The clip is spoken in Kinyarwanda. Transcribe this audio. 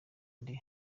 nde